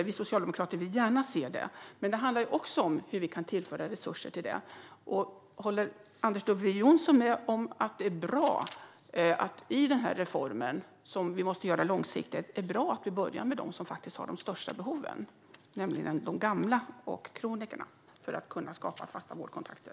Vi socialdemokrater vill gärna se det, men det handlar också om hur vi kan tillföra resurser till det. Håller Anders W Jonsson med om att det är bra att vi i den här reformen som vi måste göra långsiktigt börjar med dem med de största behoven, nämligen de gamla och kronikerna, så att de kan få fasta läkarkontakter?